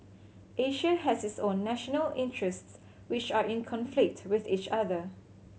Asia has its own national interests which are in conflict with each other